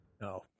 No